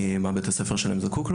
למה בית הספר שלהם זקוק.